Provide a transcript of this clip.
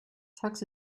tux